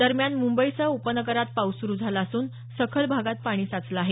दरम्यान मुंबईसह उपनगरात पाऊस सुरु झाला असून सखल भागात पाणी साचलं आहे